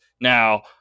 Now